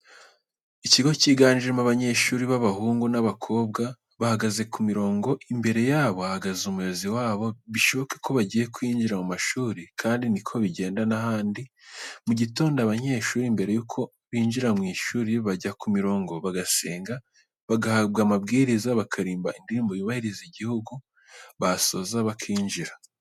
Ikigo cyigamo abanyeshuri b'abahungu n'abakobwa bahagaze ku mirongo, imbere yabo hahagaze umuyobozi wabo bishoboke ko bagiye kwinjira mu mashuri kandi ni ko bigenda n'ahandi. Mu gitondo abanyeshuri mbere yo kwinjira mu mashuri bajya ku murongo bagasenga, bagahabwa amabwiriza, bakaririmba indirimbo yubahiriza igihugu basoza bakinjira.